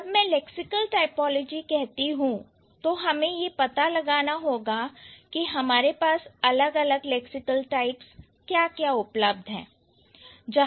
जब मैं lexical typology कहती हूं तो हमें यह पता लगाना होगा कि हमारे पास अलग अलग लैक्सिकल टाइप्स क्या क्या उपलब्ध है